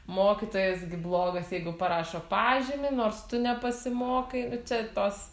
mokytojas gi blogas jeigu parašo pažymį nors tu nepasimokai čia tos